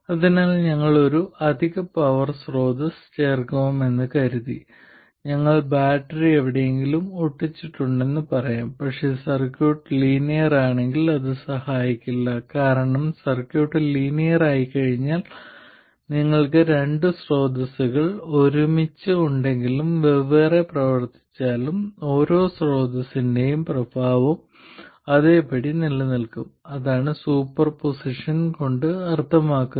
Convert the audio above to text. അതിനാൽ ഞങ്ങൾ ഒരു അധിക പവർ സ്രോതസ്സ് ചേർക്കുമെന്ന് കരുതി ഞങ്ങൾ ബാറ്ററി എവിടെയെങ്കിലും ഒട്ടിച്ചിട്ടുണ്ടെന്ന് പറയാം പക്ഷേ സർക്യൂട്ട് ലീനിയർ ആണെങ്കിൽ അത് സഹായിക്കില്ല കാരണം സർക്യൂട്ട് ലീനിയർ ആയിക്കഴിഞ്ഞാൽ നിങ്ങൾക്ക് രണ്ട് സ്രോതസ്സുകൾ ഒരുമിച്ച് ഉണ്ടെങ്കിലും വെവ്വേറെ പ്രവർത്തിച്ചാലും ഓരോ സ്രോതസ്സിന്റെയും പ്രഭാവം അതേപടി നിലനിൽക്കും അതാണ് സൂപ്പർപോസിഷൻ കൊണ്ട് അർത്ഥമാക്കുന്നത്